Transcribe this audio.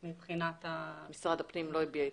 מבחינת --- משרד הפנים לא הביע התנגדות?